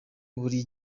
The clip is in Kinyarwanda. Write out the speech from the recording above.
buri